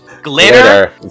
glitter